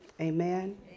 Amen